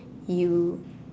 you